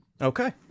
Okay